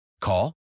Call